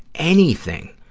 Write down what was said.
anything